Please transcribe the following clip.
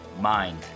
Mind